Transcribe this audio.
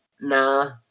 nah